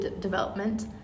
development